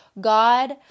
God